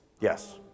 Yes